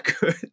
good